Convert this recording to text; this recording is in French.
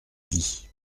dit